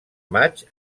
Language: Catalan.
maig